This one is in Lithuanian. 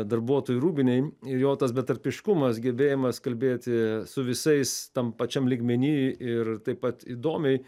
darbuotojų rūbinėj ir jo tas betarpiškumas gebėjimas kalbėti su visais tam pačiam lygmeny ir taip pat įdomiai